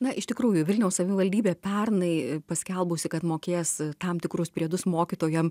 na iš tikrųjų vilniaus savivaldybė pernai paskelbusi kad mokės tam tikrus priedus mokytojam